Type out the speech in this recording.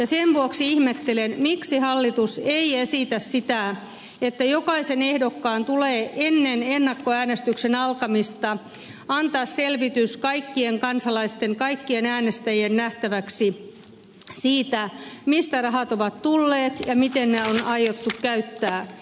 sen vuoksi ihmettelen miksi hallitus ei esitä sitä että jokaisen ehdokkaan tulee ennen ennakkoäänestyksen alkamista antaa selvitys kaikkien kansalaisten kaikkien äänestäjien nähtäväksi siitä mistä rahat ovat tulleet ja miten ne on aiottu käyttää